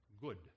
Good